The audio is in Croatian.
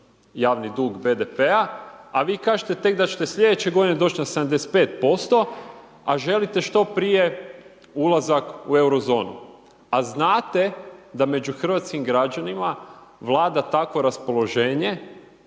javni dug BDP-a, a vi kažete tek da ćete slijedeće godine doć na 75%, a želite što prije ulazak u euro zonu, a znate da među hrvatskim građanima vlada takvo raspoloženje